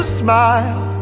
smile